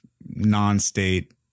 non-state